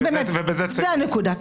זאת הנקודה.